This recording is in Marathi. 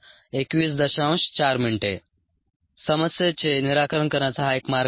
4 min समस्येचे निराकरण करण्याचा हा एक मार्ग आहे